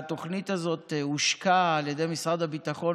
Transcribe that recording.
והתוכנית הזאת הושקה על ידי משרד הביטחון